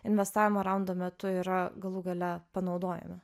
investavimo raundo metu yra galų gale panaudojami